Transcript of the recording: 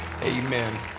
amen